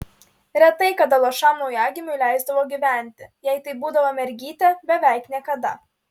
retai kada luošam naujagimiui leisdavo gyventi jei tai būdavo mergytė beveik niekada